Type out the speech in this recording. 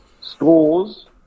Scores